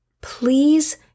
Please